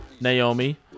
Naomi